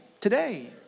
today